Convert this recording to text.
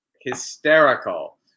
Hysterical